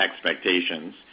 expectations